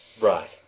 Right